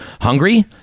Hungry